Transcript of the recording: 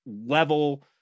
level